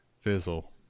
Fizzle